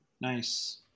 Nice